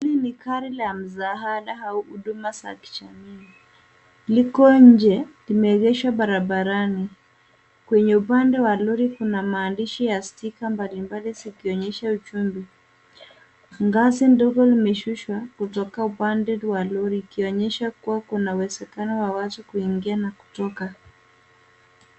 Hii ni gari la msaada au huduma za kijamii. Liko nje limeegeshwa barabarani. Kwenye upande wa lori kuna maandishi ya stika mbalimbali zikionyesha uchumbi. Ngazi ndogo limeshushwa kutoka upande wa lori ikionyesha kuwa kuna uwezekano wa watu kuingia na kutoka.